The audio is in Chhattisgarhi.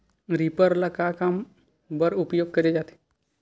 रीपर ल का काम बर उपयोग करे जाथे?